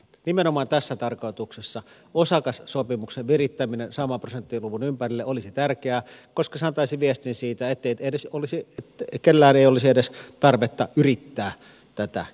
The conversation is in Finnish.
nimenomaan tässä tarkoituksessa osakassopimuksen virittäminen saman prosenttiluvun ympärille olisi tärkeää koska se antaisi viestin siitä ettei kellään olisi edes tarvetta yrittää tätä kiertää